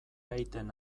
aiten